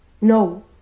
no